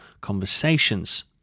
conversations